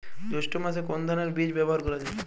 জৈষ্ঠ্য মাসে কোন ধানের বীজ ব্যবহার করা যায়?